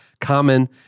Common